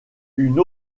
une